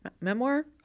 memoir